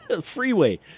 Freeway